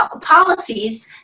policies